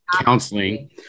counseling